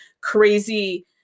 crazy